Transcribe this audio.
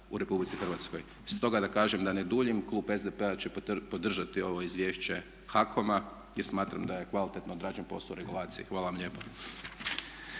u RH. Stoga da kažem da ne duljim klub SDP-a će podržati ovo izvješće HAKOM-a jer smatram da je kvalitetno odrađen posao regulacije. Hvala vam lijepa.